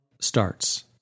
starts